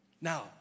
Now